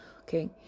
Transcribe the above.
Okay